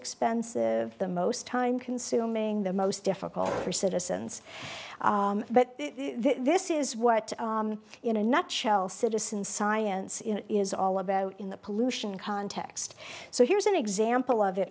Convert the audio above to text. expensive the most time consuming the most difficult for citizens but this is what in a nutshell citizen science in is all about in the pollution context so here's an example of it